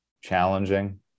Challenging